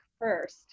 first